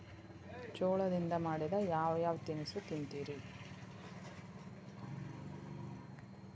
ಜೋಳದಿಂದ ಮಾಡಿದ ಯಾವ್ ಯಾವ್ ತಿನಸು ತಿಂತಿರಿ?